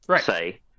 say